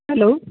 hello